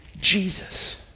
Jesus